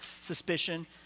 suspicion